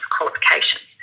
qualifications